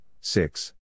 six